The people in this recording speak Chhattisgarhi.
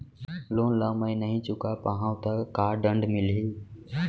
लोन ला मैं नही चुका पाहव त का दण्ड मिलही?